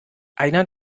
einer